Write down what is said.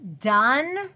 done